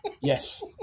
Yes